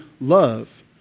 love